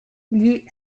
gli